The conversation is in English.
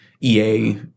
EA